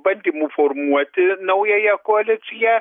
bandymų formuoti naująją koaliciją